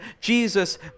Jesus